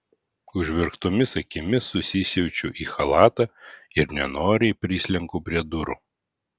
užverktomis akimis susisiaučiu į chalatą ir nenoriai prislenku prie durų